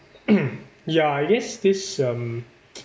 ya I guess this um